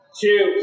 two